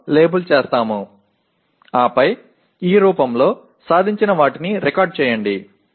பின்னர் இந்த வடிவத்தில் சாதனைகளைப் பதிவுசெய்க